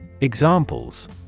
Examples